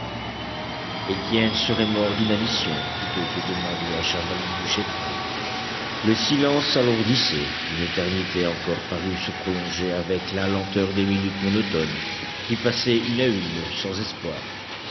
étienne serait mort d'inanition plutôt que de mendier à chaval une bouchée de pain le silence s'alourdissait une éternité encore parut se prolonger avec la lenteur des minutes monotones qui passaient une à une sans espoir